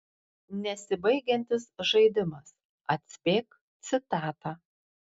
nesibaigiantis žaidimas atspėk citatą